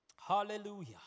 Hallelujah